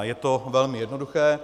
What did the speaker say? Je to velmi jednoduché.